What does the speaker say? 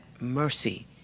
mercy